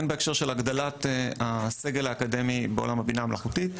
הן בהקשר של הגדלת הסגל האקדמי בעולם הבינה המלאכותית,